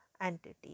entity